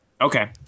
Okay